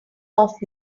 off